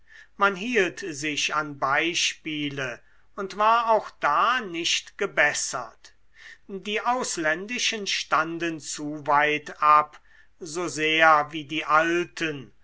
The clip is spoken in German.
man hielt sich an beispiele und war auch da nicht gebessert die ausländischen standen zu weit ab so sehr wie die alten